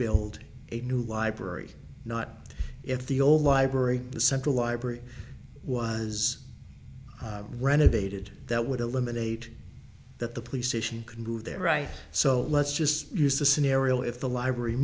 build a new library not if the old library the central library was renovated that would eliminate that the police station can move there right so let's just use the scenario if the library